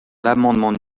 l’amendement